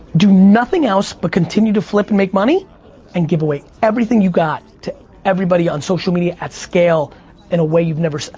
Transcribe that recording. do nothing else but continue to flip and make money and give away everything you got to everybody on social media at scale in a way you've never seen.